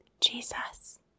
Jesus